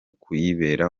kuyibera